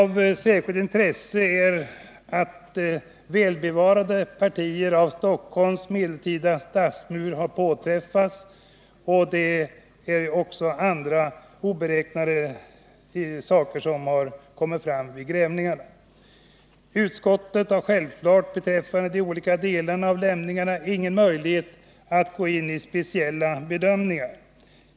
Av särskilt stort intresse är att väl bevara de partier av Stockholms medeltida stadsmur som har påträffats. Även vissa andra, okända lämningar har kommit fram vid utgrävningarna. Utskottet har självfallet ingen möjlighet att göra några speciella bedömningar beträffande de olika lämningarna.